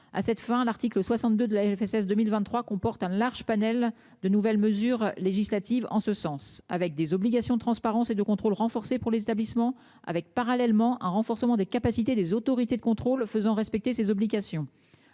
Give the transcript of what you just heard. À cette fin, l'article 62 de la FSS 2023 comporte un large panel de nouvelles mesures législatives en ce sens avec des obligations de transparence et de contrôle renforcé pour les établissements avec parallèlement un renforcement des capacités des autorités de contrôle faisant respecter ses obligations